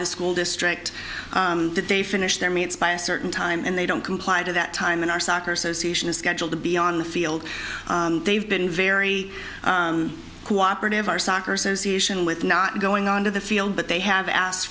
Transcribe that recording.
the school district that they finish their meets by a certain time and they don't comply to that time in our soccer association is scheduled to be on the field they've been very cooperative our soccer association with not going on to the field but they have asked